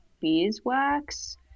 beeswax